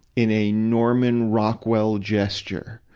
in a norman rockwell gesture,